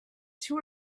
two